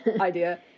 idea